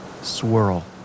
swirl